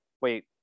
wait